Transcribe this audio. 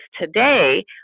today